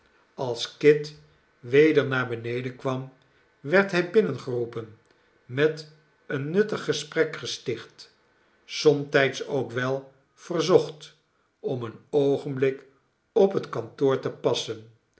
als kit weder naar beneden kwam werd hij binnengeroepen met een nuttig gesprek gesticht somtijds ook wel verzocht omeen oogenblik op het kantoor te passen